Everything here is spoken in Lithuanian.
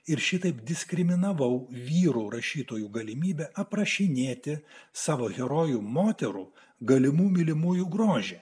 ir šitaip diskriminavau vyrų rašytojų galimybę aprašinėti savo herojų moterų galimų mylimųjų grožį